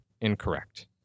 incorrect